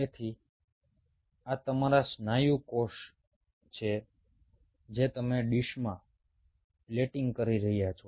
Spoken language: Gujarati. તેથી તેથી આ તમારા સ્નાયુ કોષો છે જે તમે ડીશમાં પ્લેટિંગ કરી રહ્યા છો